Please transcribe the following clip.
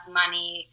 money